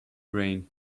rain